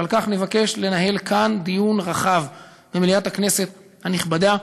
ועל כך נבקש לנהל דיון רחב כאן במליאת הכנסת הנכבדה,